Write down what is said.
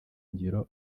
ngiro